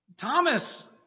Thomas